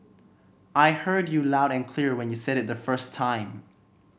I heard you loud and clear when you said it the first time